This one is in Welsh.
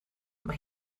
mae